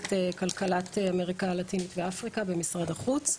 ממחלקת כלכלת אמריקה הלטינית ואפריקה במשרד החוץ.